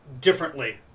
differently